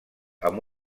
amb